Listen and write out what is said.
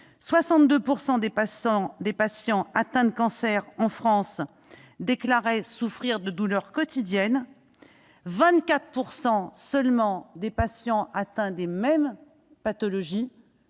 62 % des patients atteints d'un cancer en France déclaraient souffrir de douleurs quotidiennes, contre 24 % seulement des patients atteints des mêmes pathologies